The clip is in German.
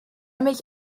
mich